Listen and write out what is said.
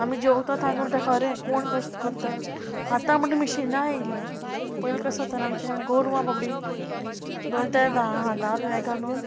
आमी जेवता तांदूळ तें खरें कोण कस्ट करता आतां म्हणटा मिशिनां आयलीं पयलीं कशें जातालें आमचें गोरवां बाबडीं दोन ते धा खानार हें घालून